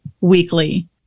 weekly